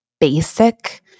basic